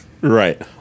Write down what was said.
Right